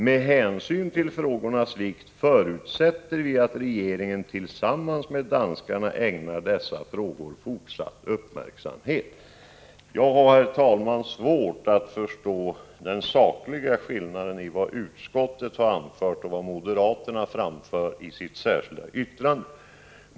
Med hänsyn till frågornas vikt förutsätter vi att regeringen tillsammans med danskarna ägnar dessa frågor fortsatt uppmärksamhet.” Jag har, herr talman, svårt att förstå vad det skulle vara för saklig skillnad mellan det som utskottet anför och det som moderaterna skriver i sitt särskilda yttrande.